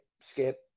skip